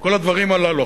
כל הדברים הללו.